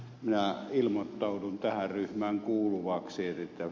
minä ilmoittaudun tähän ryhmään kuuluvaksi eli ed